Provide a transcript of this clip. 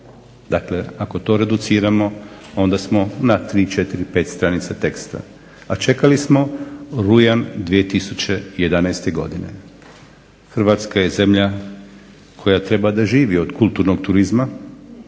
Dakle, ako to reduciramo onda smo na tri, četiri, pet stranica teksta. A čekali smo rujan 2011. Godine. Hrvatska je zemlja koja treba da živi od kulturnog turizma,